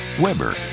Weber